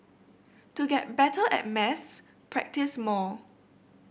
to get better at maths practise more